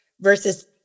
versus